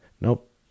Nope